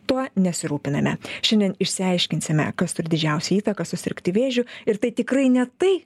tuo nesirūpiname šiandien išsiaiškinsime kas turi didžiausią įtaką susirgti vėžiu ir tai tikrai ne tai